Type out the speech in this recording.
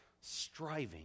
striving